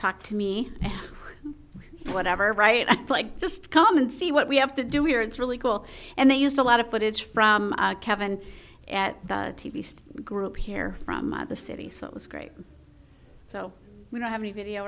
talk to me whatever right like just come and see what we have to do we're it's really cool and they used a lot of footage from kevin at least group here from the city so it was great so we don't have a video